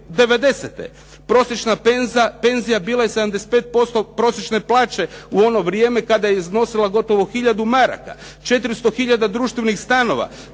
Prosječna penzija bila je 75% prosječne plaće u ono vrijeme, kada je iznosila gotovo hiljadu maraka. 400 hiljada društvenih stanova.